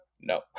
No